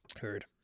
Heard